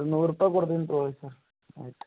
ನೂರು ರೂಪಾಯಿ ಕೊಡ್ತೀನಿ ತಗೋಳಿ ಸರ್ ಆಯ್ತು